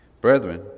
Brethren